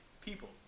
People